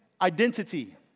identity